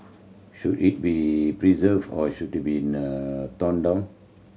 should it be preserved or should it be torn down